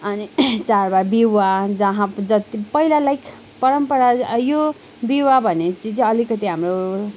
अनि चाडबाड विवाह जहाँ जत पहिला लाइक परम्परा यो विवाह भन्ने चिज अलिकति हाम्रो